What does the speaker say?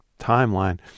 timeline